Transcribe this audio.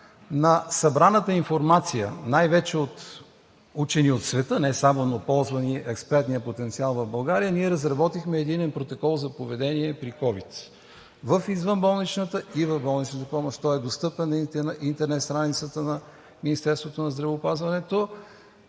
на събраната информация – най-вече от учени от света, не само на ползвания експертен потенциал в България, ние разработихме Единен протокол за поведение при ковид в извънболничната и болничната помощ. Той е достъпен на интернет страницата на Министерството на здравеопазването,